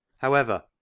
however,